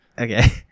Okay